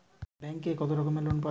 ব্যাঙ্কে কত রকমের লোন পাওয়া য়ায়?